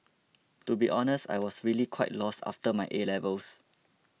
to be honest I was really quite lost after my A levels